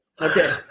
Okay